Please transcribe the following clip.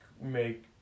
make